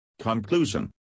Conclusion